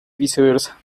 viceversa